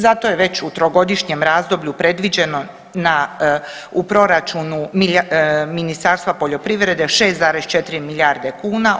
Zato je već u trogodišnjem razdoblju predviđeno u proračunu Ministarstva poljoprivrede 6,4 milijarde kuna.